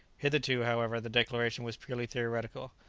hitherto, however, the declaration was purely theoretical.